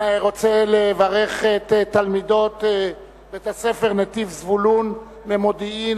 אני רוצה לברך את תלמידות בית-הספר "נתיב זבולון" ממודיעין,